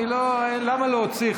למה להוציא?